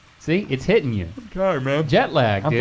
see, it's hitting you. i'm tired, man. jet lag, i mean